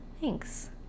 Thanks